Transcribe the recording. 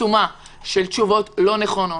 עצומה של תשובות לא נכונות.